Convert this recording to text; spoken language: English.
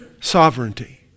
Sovereignty